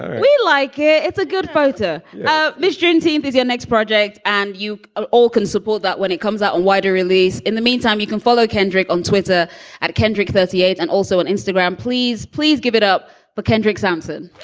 we like it. it's a good voter mission team is your next project and you ah all can support that when it comes out and wider release. in the meantime, you can follow kendrick on twitter at kendrick thirty eight and also on instagram. please, please give it up for kendrick sampson.